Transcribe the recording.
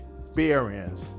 experience